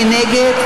מי נגד?